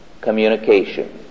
communication